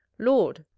lord!